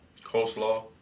Coleslaw